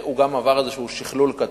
והוא גם עבר איזה שכלול קטן,